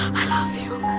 i love you.